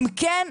אם כן,